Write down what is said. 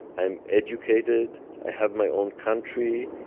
i am educated ah have my own country.